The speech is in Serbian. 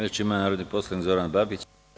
Reč ima narodni poslanik Zoran Babić.